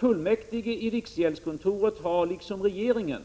Fullmäktige i riksgäldskontoret har liksom regeringen